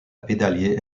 pédalier